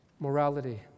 Morality